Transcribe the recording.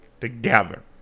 together